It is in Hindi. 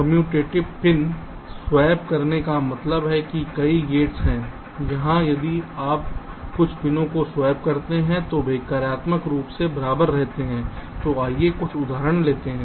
कम्यूटेटिव पिन स्वैप करने का मतलब है कि कई गेट्स हैं जहां यदि आप कुछ पिनों को स्वैप करते हैं तो वे कार्यात्मक रूप से बराबर रहते हैं तो आइए कुछ उदाहरण लेते हैं